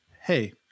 hey